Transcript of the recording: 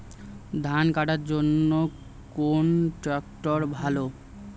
ধান কাটার জন্য কোন ট্রাক্টর ভালো?